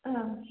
ಹಾಂ